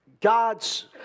God's